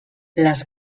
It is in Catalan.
les